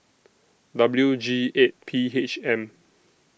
W G eight P H M